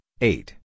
eight